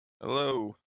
Hello